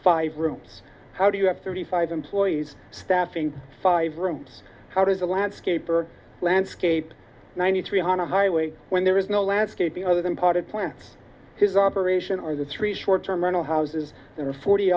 five rooms how do you have thirty five employees staffing five rooms how does a landscaper landscape ninety three hundred highway when there is no landscaping other than potted plants his operation or the three short term rental houses in the forty